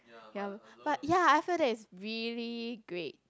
yea but yea I feel that is really great